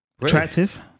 Attractive